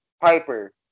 Piper